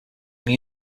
were